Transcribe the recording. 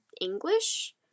english